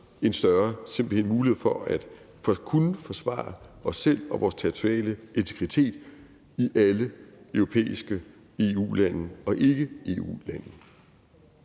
en større mulighed for at kunne forsvare os selv og vores territoriale integritet i alle europæiske EU-lande og ikke-EU-lande.